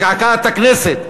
היא מקעקעת את הכנסת.